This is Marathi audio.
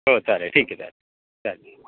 हो चालेल ठीक आहे हा चालेल